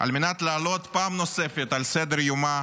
על מנת להעלות פעם נוספת על סדר-יומה